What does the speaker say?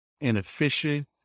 inefficient